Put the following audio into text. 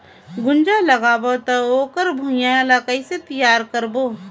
गुनजा लगाबो ता ओकर भुईं ला कइसे तियार करबो?